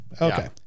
Okay